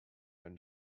and